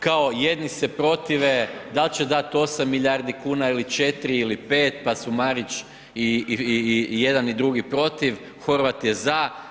Kao jedni se protive dal će dati 8 milijardi kuna ili 4 ili 5 pa su Marić i jedan i drugi protiv, Horvat je za.